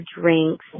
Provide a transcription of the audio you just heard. drinks